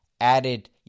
added